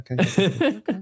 Okay